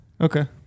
Okay